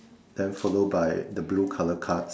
then followed by the blue colour cards